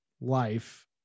life